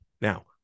Now